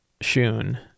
shun